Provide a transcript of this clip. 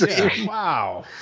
Wow